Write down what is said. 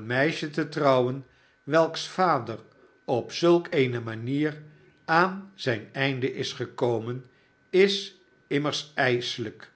meisje te trouwen welks vader op zulk eene manier aan zijn einde is gekomen is immers ijselijk